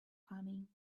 coming